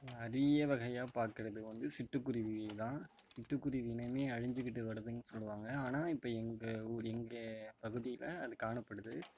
அறிய வகையாக பார்க்குறது வந்து சிட்டுக்குருவி தான் சிட்டுக்குருவி இனமே அழிஞ்சிக்கிட்டு வருதுன்னு சொல்லுவாங்க ஆனால் இப்போ எங்கள் எங்கள் பகுதியில் அது காணப்படுது